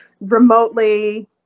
remotely